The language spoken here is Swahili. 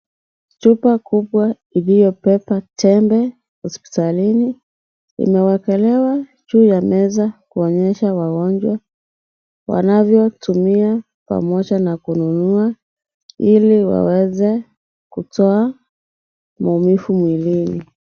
Chupa kubwa iliyobeba tembe hospitalini imewekelewa juu ya meza kuonyesha wagonjwa wanavyotumia pamoja na kununua ili waweze kutoa maumivu mwilini .